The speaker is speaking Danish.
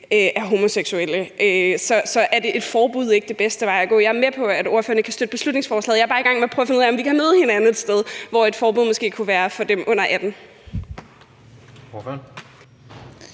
er homoseksuelle. Så er et forbud ikke den bedste vej at gå? Jeg er med på, at ordføreren ikke kan støtte beslutningsforslaget. Jeg er bare i gang med at prøve at finde ud af, om vi kan møde hinanden et sted, hvor et forbud måske kunne gælde for dem under 18 år.